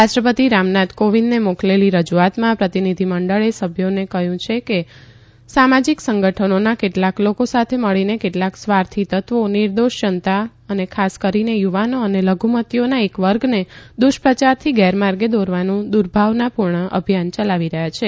રાષ્ટ્રપતિ રામનાથ કોવિંદને મોકલેલી રજૂઆતમાં પ્રતિનિધિમંડળે સભ્યોને કહ્યું કે સામાજિક સંગઠનોના કેટલાંક લોકો સાથે મળીને કેટલાંક સ્વાર્થી તત્વો નિર્દોષ જનતા ખાસ કરીને યુવાનો અને લધુમતિઓના એક વર્ગને દુષપ્રચારથી ગેરમાર્ગે દોરવાનું દૂર્ભાવનાપૂર્ણ અભિયાન ચલાવી રહ્યા છે